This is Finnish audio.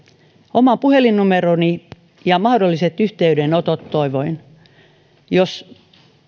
oman puhelinnumeroni ja toivoin mahdolliset yhteydenotot jos